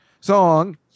song